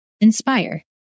inspire